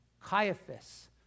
Caiaphas